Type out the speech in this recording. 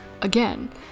again